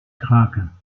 kraken